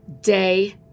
day